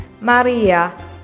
Maria